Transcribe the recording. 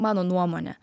mano nuomone